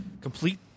complete